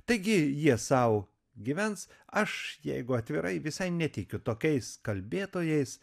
taigi jie sau gyvens aš jeigu atvirai visai netikiu tokiais kalbėtojais